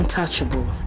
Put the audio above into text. Untouchable